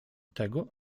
tego